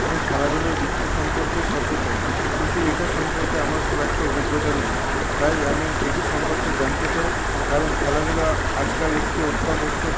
আমি খেলাধুলোর বৃত্তি সম্পর্কে সচেতন কিন্তু এইটা সম্পর্কে আমার খুব একটা অভিজ্ঞতা নেই তাই আমি এটি সম্পর্কে জানতে চাই কারণ খেলাধুলা আজকাল একটি অত্যাবশ্যক